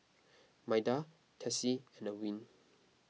Maida Tessie and Erwin